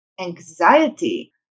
anxiety